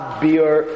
beer